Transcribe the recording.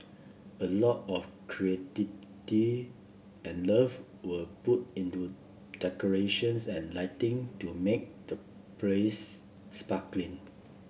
a lot of and love were put into decorations and lighting to make the place sparkling